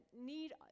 need